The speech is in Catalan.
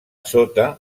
sota